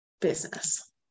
business